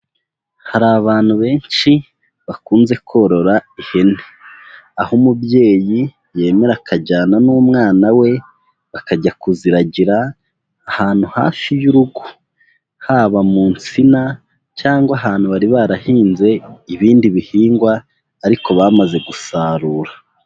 Hari abantu benshi bakunze korora ihene. Aho umubyeyi yemera akajyana n'umwana we bakajya kuziragira ahantu hafi y'urugo, haba mu nsina cyangwa ahantu bari barahinze ibindi bihingwa ariko bamaze gusarura.